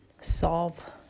solve